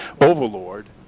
Overlord